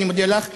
אני מודה לך.